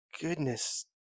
goodness